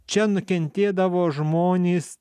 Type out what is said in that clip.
čia nukentėdavo žmonės